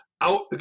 out –